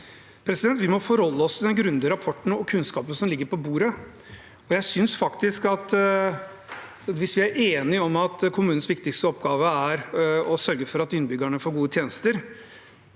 viser. Vi må forholde oss til den grundige rapporten og kunnskapen som ligger på bordet. Hvis vi er enige om at kommunenes viktigste oppgave er å sørge for at innbyggerne får gode tjenester,